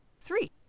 Three